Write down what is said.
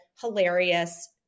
hilarious